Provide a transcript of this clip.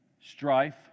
strife